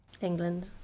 England